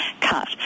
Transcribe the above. cut